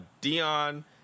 dion